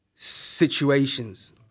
situations